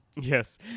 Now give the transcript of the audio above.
Yes